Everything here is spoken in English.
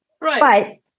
right